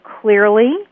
clearly